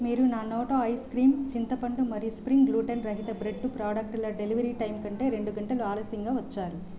మీరు నా నోటో ఐస్ క్రీమ్ చింతపండు మరియు స్ప్రింగ్ లూటన్ రహిత బ్రెడ్డు ప్రాడక్టుల డెలివరీ టైం కంటే రెండు గంటలు ఆలస్యంగా వచ్చారు